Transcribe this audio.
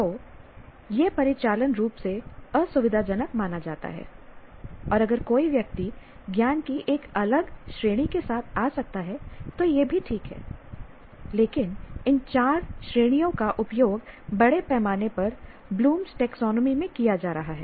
तो यह परिचालन रूप से सुविधाजनक माना जाता है और अगर कोई व्यक्ति ज्ञान की एक अलग श्रेणी के साथ आ सकता है तो यह भी ठीक है लेकिन इन चार श्रेणियों का उपयोग बड़े पैमाने पर ब्लूम टेक्सोनोमी में किया जा रहा है